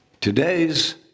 Today's